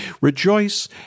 rejoice